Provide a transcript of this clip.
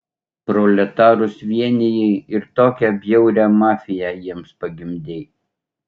proletarus vienijai ir tokią bjaurią mafiją jiems pagimdei